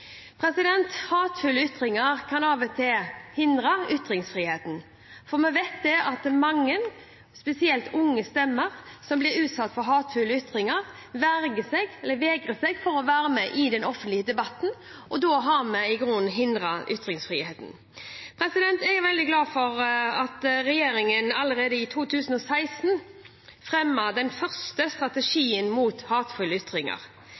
blir utsatt for hatefulle ytringer, vegrer seg for å være med i den offentlige debatten, og da har vi i grunnen hindret ytringsfriheten. Jeg er veldig glad for at regjeringen allerede i 2016 fremmet den første strategien mot hatefulle ytringer, en strategi som skal vare fram til 2020. Målet med strategien er å bidra til en god offentlig meningsutveksling og forebygge og motvirke hatefulle ytringer.